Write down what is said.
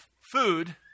food